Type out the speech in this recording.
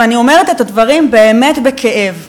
ואני אומרת את הדברים באמת בכאב,